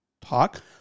talk